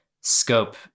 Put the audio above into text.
scope